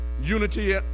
unity